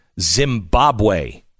Zimbabwe